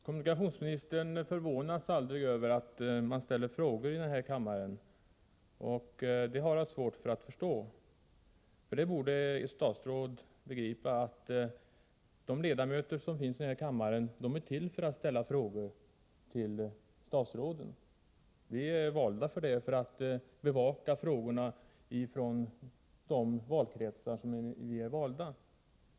Herr talman! Kommunikationsministern upphör aldrig att förvånas över att man ställer frågor här i kammaren. Han har svårt att förstå det. Men som statsråd borde kommunikationsministern begripa att ledamöterna av denna kammare har till uppgift att ställa frågor till statsråden. Vi är valda bl.a. för att bevaka de frågor som är aktuella inom våra valkretsar.